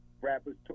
rappers